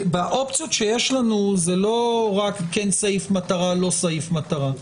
באופציות שיש לנו זה לא רק כן סעיף מטרה או לא סעיף מטרה.